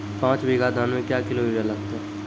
पाँच बीघा धान मे क्या किलो यूरिया लागते?